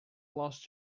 lost